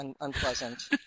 unpleasant